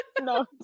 no